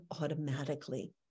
automatically